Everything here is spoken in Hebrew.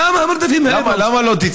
למה המרדפים האלה?